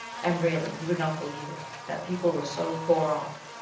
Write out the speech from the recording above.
and really you would not believe it, that people were so poor off.